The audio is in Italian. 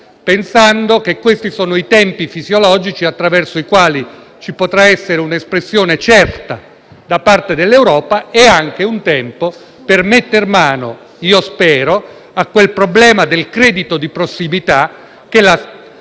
ritenendo questi tempi fisiologici attraverso i quali ci potrà essere un'espressione certa da parte dell'Europa e anche un certo lasso di tempo per metter mano - io spero - a quel problema del credito di prossimità che la